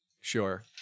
Sure